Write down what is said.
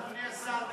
אדוני השר,